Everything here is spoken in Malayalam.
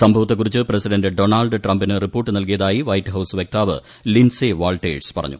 സംഭവത്തെക്കുറിച്ച് പ്രസിഡന്റ് ഡോണൾഡ് ട്രംപിന് റിപ്പോർട്ട് നൽകിയതായി വൈറ്റ് ഹൌസ് വക്താവ് ലിൻസേ വാൾട്ടേഴ്സ് പറഞ്ഞു